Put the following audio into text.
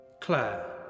Claire